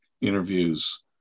interviews